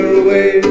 away